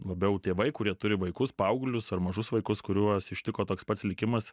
labiau tėvai kurie turi vaikus paauglius ar mažus vaikus kuriuos ištiko toks pats likimas